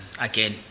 again